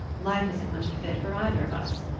life isn't much a fit for either of us,